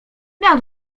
miał